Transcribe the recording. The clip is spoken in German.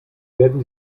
werden